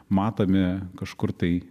matomi kažkur tai